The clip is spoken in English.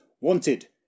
Wanted